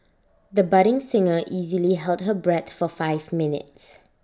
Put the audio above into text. the budding singer easily held her breath for five minutes